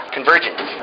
Convergence